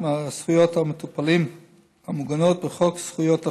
מזכויות המטופלים המוגנות בחוק זכויות החולה.